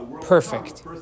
perfect